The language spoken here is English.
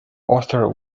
author